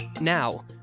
Now